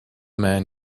man